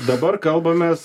dabar kalbamės